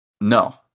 no